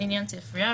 עניין ספריה,